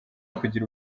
kugira